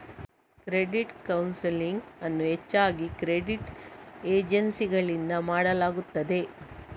credit counselling ಅನ್ನು ಹೆಚ್ಚಾಗಿ credit ಏಜೆನ್ಸಿಗಳಿಂದ ಮಾಡಲಾಗುತ್ತದೆ